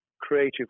creative